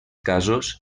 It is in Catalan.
casos